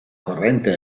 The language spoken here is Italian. corrente